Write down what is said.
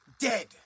Dead